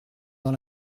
dans